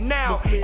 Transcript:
now